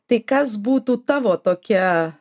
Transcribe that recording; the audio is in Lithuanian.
tai kas būtų tavo tokia